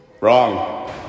Wrong